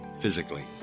physically